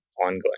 ongoing